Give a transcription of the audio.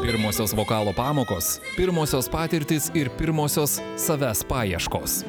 pirmosios vokalo pamokos pirmosios patirtys ir pirmosios savęs paieškos